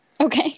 Okay